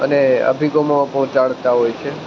અને અભિગમો પહોંચાડતા હોય છે